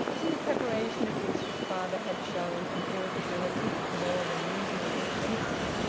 in the preparation of which his father had shown an irritability more than usually offensive.